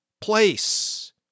place